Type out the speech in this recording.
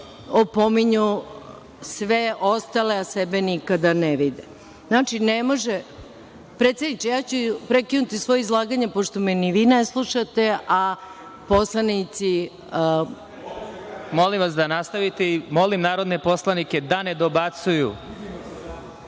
opominju sve ostale, a sebe nikada ne vide. Znači, ne može … Predsedniče, ja ću prekinuti svoje izlaganje, pošto me ni vi ne slušate, a poslanici … **Vladimir Marinković** Molim vas da nastavite i molim narodne poslanike da ne dobacuju.